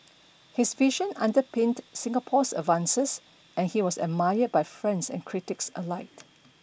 his vision underpinned Singapore's advances and he was admired by friends and critics alike